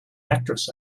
actress